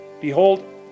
behold